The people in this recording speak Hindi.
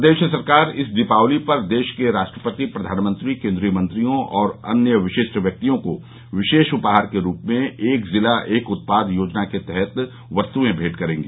प्रदेश सरकार इस दीपावली पर देश के राष्ट्रपति प्रधानमंत्री केंद्रीय मंत्रियों और अन्य विशिष्ट व्यक्तियों को विशेष उपहार के रूप में एक जिला एक उत्पाद योजना के तहत वस्तुएं मेंट करेगी